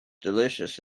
delicious